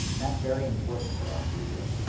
and that's very important for our future.